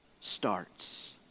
starts